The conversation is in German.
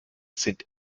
sind